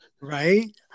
right